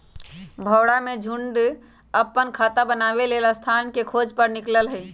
भौरा के झुण्ड अप्पन खोता बनाबे लेल स्थान के खोज पर निकलल हइ